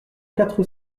quatre